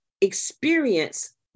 Experience